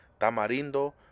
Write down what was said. tamarindo